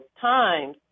times